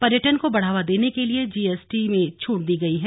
पर्यटन को बढ़ावा देने के लिए जीएसटी में छूट दी गई है